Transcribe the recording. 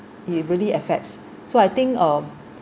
it really affects so I think um